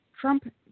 Trump